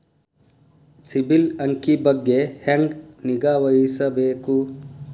ಸಿಬಿಲ್ ಅಂಕಿ ಬಗ್ಗೆ ಹೆಂಗ್ ನಿಗಾವಹಿಸಬೇಕು?